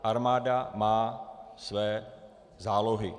Armáda má své zálohy.